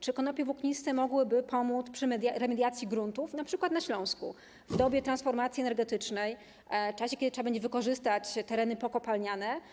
Czy konopie włókniste mogłyby pomóc przy remediacji gruntów, np. na Śląsku, w dobie transformacji energetycznej, kiedy trzeba będzie wykorzystać tereny pokopalniane?